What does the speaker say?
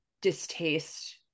distaste